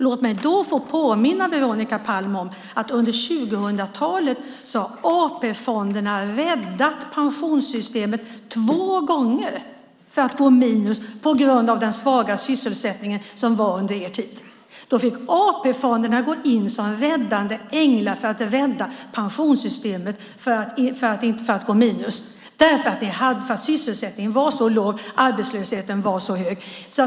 Låt mig få påminna Veronica Palm om att under 2000-talet räddade AP-fonderna pensionssystemet två gånger från att gå med minus på grund av den svaga sysselsättning som var under er tid. AP-fonderna fick gå in som räddande änglar för att rädda pensionssystemet från att gå med minus eftersom sysselsättningen var låg och arbetslösheten hög.